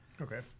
okay